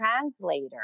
translator